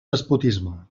despotisme